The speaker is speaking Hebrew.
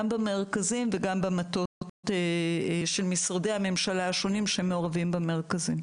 גם במרכזים וגם במטות של משרדי הממשלה השונים שמעורבים במרכזים.